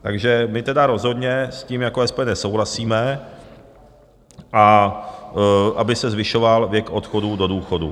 Takže my tedy rozhodně s tím jako SPD nesouhlasíme, aby se zvyšoval věk odchodu do důchodu.